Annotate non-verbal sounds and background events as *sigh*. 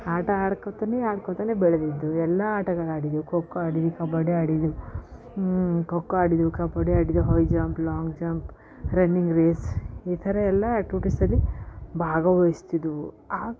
ಆಟ ಆಡ್ಕೊತನೆ ಆಡ್ಕೊತಾಳೆ ಬೆಳೆದಿದ್ದೆವು ಎಲ್ಲ ಆಟಗಳು ಆಡಿದೆವು ಖೋಖೋ ಆಡಿದ್ದು ಕಬಡ್ಡಿ ಆಡಿದೆವು ಖೋಖೋ ಆಡಿದೆವು ಕಬಡ್ಡಿ ಆಡಿದೆವು high jump long jump running race ಈ ಥರ ಎಲ್ಲ *unintelligible* ಡೇಸಲ್ಲಿ ಭಾಗವಹಿಸ್ತಿದೆವು ಆ